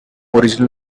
original